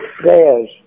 prayers